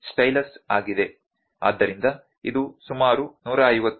ಆದ್ದರಿಂದ ಇದು ಸುಮಾರು 150 ಮಿ